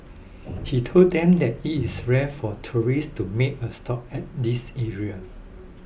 he told them that it is rare for tourists to make a stop at this area